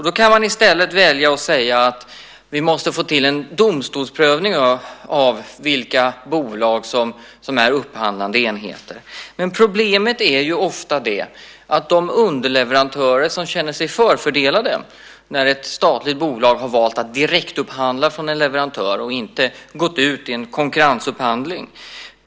Då kan man i stället välja att säga att vi måste få till en domstolsprövning av vilka bolag som är upphandlande enheter. Men problemet är ofta att underleverantörer känner sig förfördelade när ett statligt bolag har valt att direktupphandla från en leverantör och inte gått ut i en konkurrensupphandling.